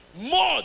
more